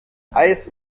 eis